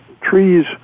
Trees